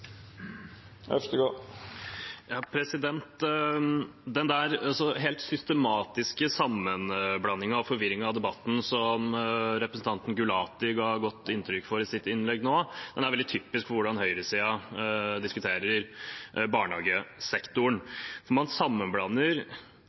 Den systematiske sammenblandingen og forvirringen av debatten som representanten Gulati ga godt uttrykk for i sitt innlegg nettopp, er veldig typisk for hvordan høyresiden diskuterer barnehagesektoren.